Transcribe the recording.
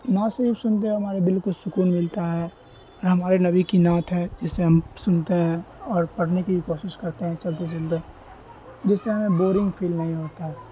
نعت شریف سنتے ہوئے ہمارے دل کو سکون ملتا ہے اور ہمارے نبی کی نعت ہے جسے ہم سنتے ہیں اور پڑھنے کی بھی کوشش کرتے ہیں چلتے چلتے جس سے ہمیں بورنگ فیل نہیں ہوتا ہے